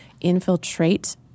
infiltrate